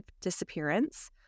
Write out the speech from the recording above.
disappearance